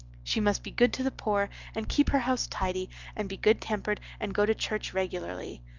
she must be good to the poor and keep her house tidy and be good tempered and go to church regularly.